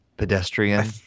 Pedestrian